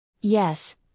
Yes